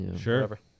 Sure